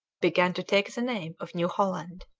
began to take the name of new holland.